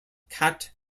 cat